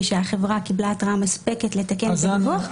שהחברה קיבלה התראה מספקת לתקן את הדיווח.